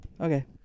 Okay